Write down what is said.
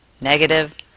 Negative